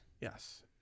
Yes